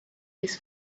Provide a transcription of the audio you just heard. his